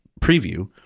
Preview